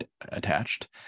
attached